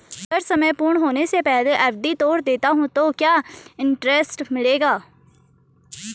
अगर समय पूर्ण होने से पहले एफ.डी तोड़ देता हूँ तो क्या इंट्रेस्ट मिलेगा?